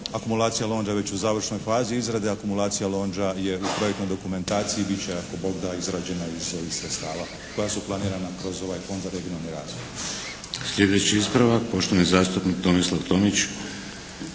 akumulacija Londža je već u završnoj fazi izrade, akumulacija Londža je u projektnoj dokumentaciji, bit će ako Bog da izrađena iz ovih sredstava koja su planirana kroz ovaj Fond za regionalni razvoj.